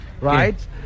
right